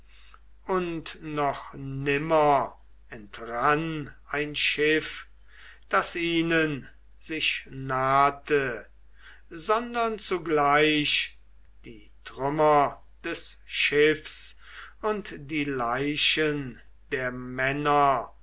und noch nimmer entrann ein schiff das ihnen sich nahte sondern zugleich die trümmer des schiffs und die leichen der männer